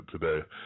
today